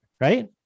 Right